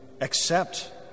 accept